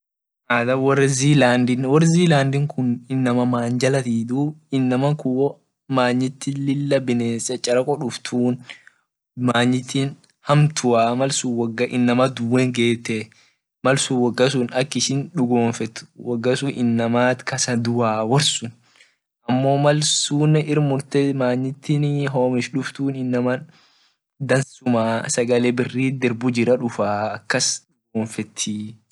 Ada wor new zealand kun inama manya jalatii inamakun wo manyiti lila bines chachareko duftun manyiti hamtua mal sun woga inama duen gete malsun woga sun ak ishin dugomfete woga sun inamat kasa duyaa wor sun amo mal sune irmutet manyiti homech duftun inama dansuma sagale birit dirbu jiraa akas dugomsetii.